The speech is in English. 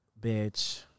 bitch